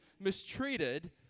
mistreated